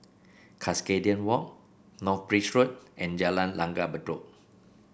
Cuscaden Walk North Bridge Road and Jalan Langgar Bedok